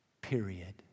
period